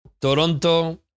Toronto